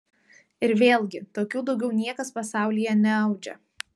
ir vėlgi tokių daugiau niekas pasaulyje neaudžia